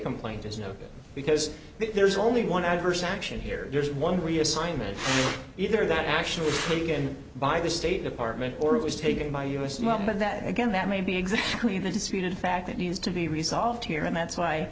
complaint is no because there's only one adverse action here there's one reassignment either that actually taken by the state department or it was taken by us mum but that again that may be exactly the disputed fact that needs to be resolved here and that's why